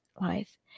life